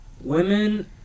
women